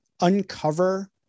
uncover